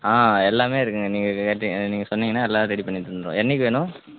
ஆ எல்லாமே இருக்குதுங்க நீங்கள் கேட்டிங் நீங்கள் சொன்னீங்கன்னால் எல்லாமே ரெடி பண்ணித் தந்துடுவேன் என்னைக்கி வேணும்